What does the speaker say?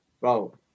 bro